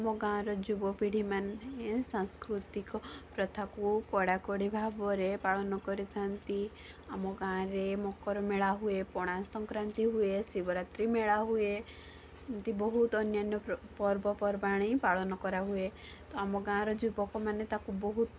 ଆମ ଗାଁ ର ଯୁବପିଢ଼ି ମାନେ ସାଂସ୍କୃତିକ ପ୍ରଥାକୁ କଡ଼ାକଡ଼ି ଭାବରେ ପାଳନ କରିଥାନ୍ତି ଆମ ଗାଁରେ ମକର ମେଳା ହୁଏ ପଣାସଂକ୍ରାନ୍ତି ହୁଏ ଶିବରାତ୍ରି ମେଳା ହୁଏ ଏମିତି ବହୁତ ଅନ୍ୟାନ୍ୟ ପର୍ବପର୍ବାଣୀ ପାଳନ କରାହୁଏ ତ ଆମ ଗାଁର ଯୁବକ ମାନେ ତାକୁ ବହୁତ